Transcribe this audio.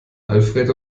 alfred